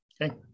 Okay